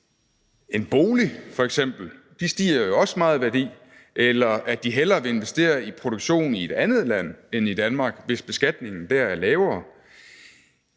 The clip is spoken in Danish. en bolig f.eks., de stiger jo også meget i værdi, eller at de hellere vil investere i produktion i et andet land end Danmark, hvis beskatningen dér er lavere.